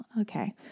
Okay